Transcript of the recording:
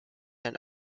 and